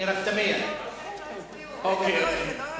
מוקדם בוועדה